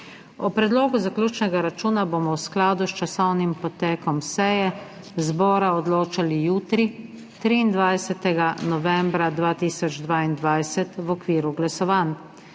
O predlogu zaključnega računa bomo v skladu s časovnim potekom seje zbora odločali jutri, 23. novembra 2022, v okviru glasovanj.